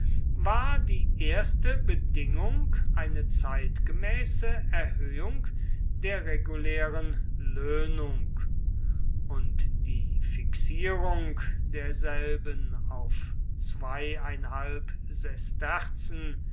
war die erste bedingung eine zeitgemäße erhöhung der regulären löhnung und die fixierung derselben auf